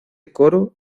coro